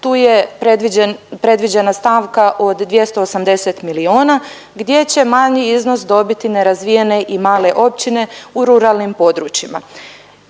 predviđena stavka od 280 miliona gdje će manji iznos dobiti nerazvijene i male općine u ruralnim područjima.